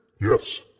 Yes